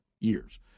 years